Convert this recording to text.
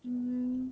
mm